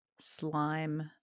slime